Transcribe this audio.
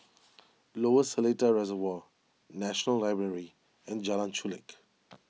Lower Seletar Reservoir National Library and Jalan Chulek